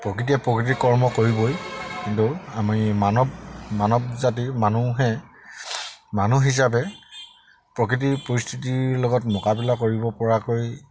প্ৰকৃতিয়ে প্ৰকৃতিৰ কৰ্ম কৰিবই কিন্তু আমি মানৱ মানৱ জাতিয়ে মানুহে মানুহ হিচাপে প্ৰকৃতিৰ পৰিস্থিতিৰ লগত মোকাবিলা কৰিব পৰাকৈ